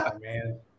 man